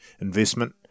investment